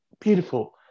Beautiful